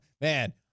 Man